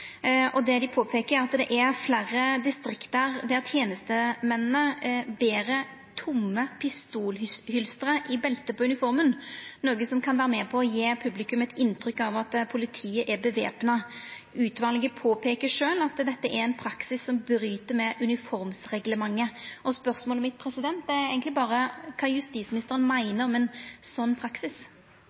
Det dei påpeiker, er at det er fleire distrikt der tenestemennene ber tomme pistolhylster i beltet på uniforma, noko som kan vera med på å gje publikum eit inntrykk av at politiet er væpna. Utvalet påpeiker sjølv at dette er ein praksis som bryt med uniformsreglementet. Spørsmålet mitt er eigentleg berre kva justisministeren meiner om ein slik praksis.